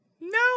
No